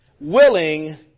Willing